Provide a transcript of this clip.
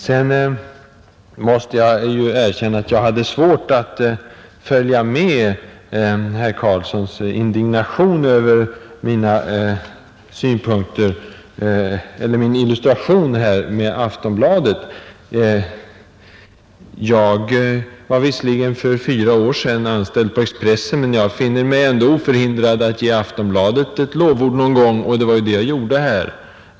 Sedan måste jag erkänna att jag hade svårt att följa med herr Carlssons indignation över min illustration med Aftonbladet. Jag var visserligen för drygt tre år sedan anställd på Expressen, men jag finner mig ändå oförhindrad att ge Aftonbladet ett lovord någon gång, och det var ju det jag gjorde här.